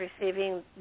receiving